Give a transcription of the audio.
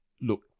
look